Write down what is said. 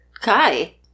Kai